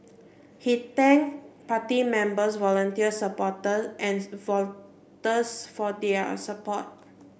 he thanked party members volunteers supporters and voters for their support